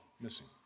missing